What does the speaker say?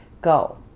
go